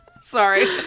Sorry